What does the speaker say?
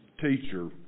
teacher